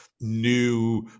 new